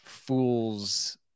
fools